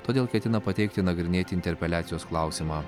todėl ketina pateikti nagrinėti interpeliacijos klausimą